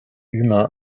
humain